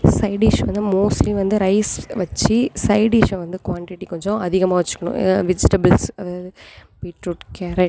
side dish வந்து mostly வந்து rice வச்சு சைடிஷை வந்து குவான்டிட்டி கொஞ்சம் அதிகமாக வச்சிக்கணும் வெஜிடபுள்ஸ் அதாவது பீட்ரூட் கேரட்